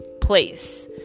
place